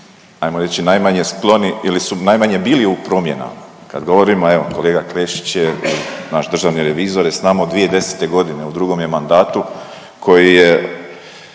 ajmo reći najmanje skloni ili su najmanje bili u promjenama. Kad govorimo evo kolega Klešić je naš državni revizor je s nama od 2010.g. u drugom je mandatu koji je